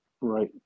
right